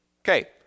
Okay